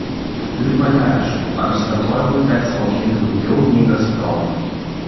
liko neaišku ar statoil teks mokėti daugiau nei gazprom